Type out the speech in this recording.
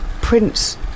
Prince